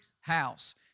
house